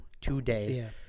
today